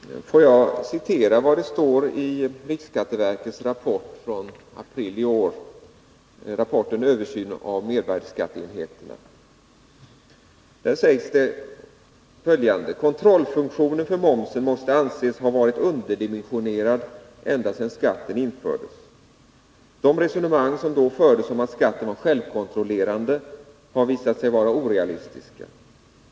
Fru talman! Jag vill citera något som står i riksskatteverkets rapport Översyn av mervärdeskatteenheterna, som är från april i år: ”Kontrollfunktionen för momsen måste anses ha varit underdimensionerad ända sedan skatten infördes. De resonemang som då fördes om att skatten var självkontrollerande har visat sig vara orealistiska.